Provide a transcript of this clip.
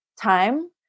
time